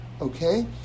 okay